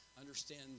Understand